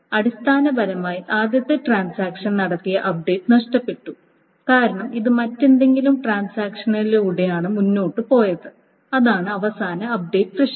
അടിസ്ഥാനപരമായി ആദ്യത്തെ ട്രാൻസാക്ഷൻ നടത്തിയ അപ്ഡേറ്റ് നഷ്ടപ്പെട്ടു കാരണം ഇത് മറ്റേതെങ്കിലും ട്രാൻസാക്ഷനിലൂടെയാണ് മുന്നോട്ട് പോയത് അതാണ് അവസാന അപ്ഡേറ്റ് പ്രശ്നം